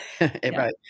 Right